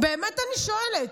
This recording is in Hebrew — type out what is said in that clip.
באמת אני שואלת.